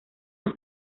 los